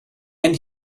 end